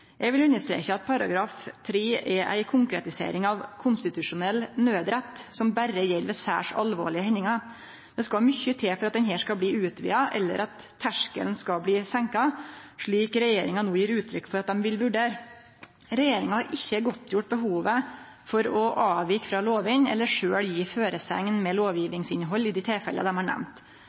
Eg vil understreke at § 3 er ei konkretisering av konstitusjonell naudrett som berre gjeld ved særs alvorlege hendingar. Det skal mykje til for at denne skal bli utvida eller at terskelen skal bli seinka, slik regjeringa no gjev uttrykk for at ho vil vurdere. Regjeringa har ikkje godtgjort behovet for å avvike frå lovene eller sjølv gje føresegner med lovgjevingsinnhald i dei tilfella dei har nemnt.